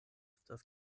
estas